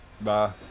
Bye